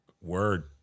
Word